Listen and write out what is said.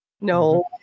no